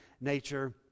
nature